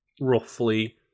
roughly